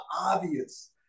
obvious